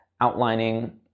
outlining